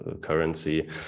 currency